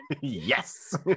Yes